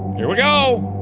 here we go.